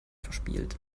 verspielt